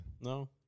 No